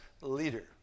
leader